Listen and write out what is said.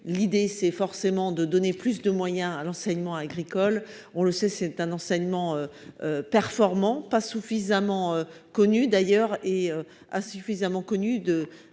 l'idée, c'est forcément de donner plus de moyens à l'enseignement agricole, on le sait, c'est un enseignement performant, pas suffisamment connu d'ailleurs et a suffisamment connu de